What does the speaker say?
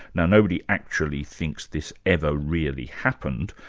now nobody actually thinks this ever really happened,